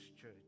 church